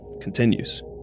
continues